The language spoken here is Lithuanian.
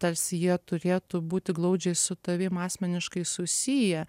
tarsi jie turėtų būti glaudžiai su tavim asmeniškai susiję